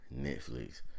Netflix